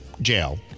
Jail